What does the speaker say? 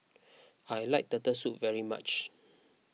I like Turtle Soup very much